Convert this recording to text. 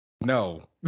no